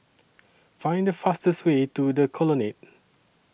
Find The fastest Way to The Colonnade